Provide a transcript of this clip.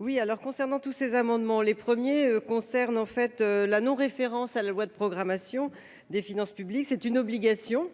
Oui alors concernant tous ces amendements les premiers concerne en fait la non référence à la loi de programmation des finances publiques. C'est une obligation